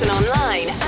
online